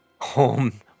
home